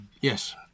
Yes